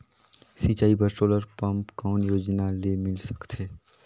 सिंचाई बर solar pump कौन योजना ले मिल सकथे?